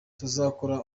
tuzakora